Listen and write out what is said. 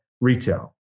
retail